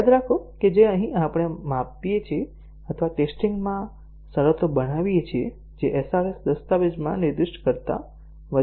યાદ રાખો કે અહીં આપણે આપીએ છીએ આપણે આ ટેસ્ટીંગ માં શરતો બનાવીએ છીએ જે SRS દસ્તાવેજમાં નિર્દિષ્ટ કરતા વધારે છે